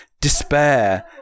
despair